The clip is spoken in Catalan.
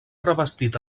revestit